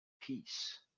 peace